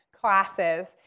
classes